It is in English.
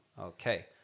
Okay